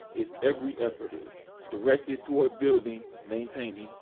its every effort is directed toward building, maintaining,